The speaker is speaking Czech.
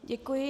Děkuji.